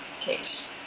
case